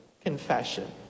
confession